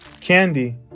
Candy